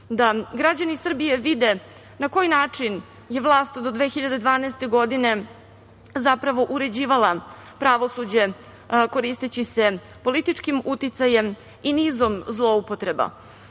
da građani Srbije vide na koji način je vlast do 2012. godine zapravo uređivala pravosuđe koristeći se političkim uticajem i nizom zloupotreba.